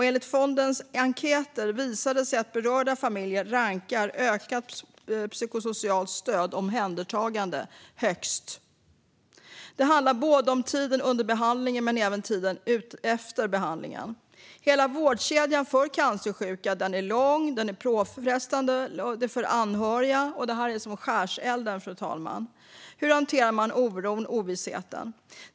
Enligt fondens enkäter visar det sig att berörda familjer rankar ökat psykosocialt stöd och omhändertagande högst. Det handlar om tiden under behandlingen men även tiden efter behandlingen. Hela vårdkedjan för cancersjuka är lång och påfrestande, även för de anhöriga. Det är som att gå igenom skärselden, fru talman. Hur hanterar man oron och ovissheten?